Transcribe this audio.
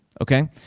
Okay